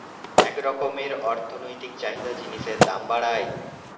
এক রকমের অর্থনৈতিক চাহিদা জিনিসের দাম বাড়ায়